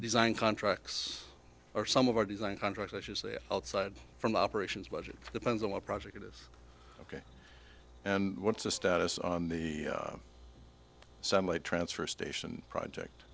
design contracts or some of our design contracts i should say outside from operations budget depends on what project is ok and what's the status on the transfer station project